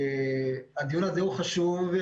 הדיון הזה הוא חשוב.